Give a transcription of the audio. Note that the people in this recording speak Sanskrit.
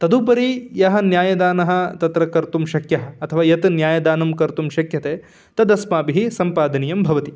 तदुपरि यः न्यायदानं तत्र कर्तुं शक्यः अथवा यत् न्यायदानं कर्तुं शक्यते तद् अस्माभिः सम्पादनीयं भवति